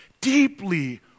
deeply